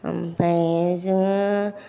ओमफ्राय जोङो